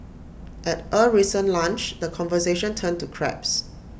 at A recent lunch the conversation turned to crabs